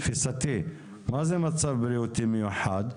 לתפיסתי מה זה מצב בריאותי מיוחד?